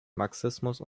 marxismus